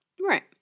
Right